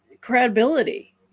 credibility